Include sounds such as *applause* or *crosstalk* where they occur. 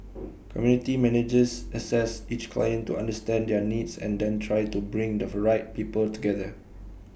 *noise* community managers assess each client to understand their needs and then try to bring the right people together